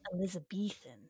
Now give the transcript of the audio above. Elizabethan